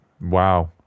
Wow